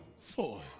four